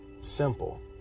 simple